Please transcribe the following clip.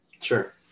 Sure